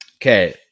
Okay